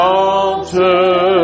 altar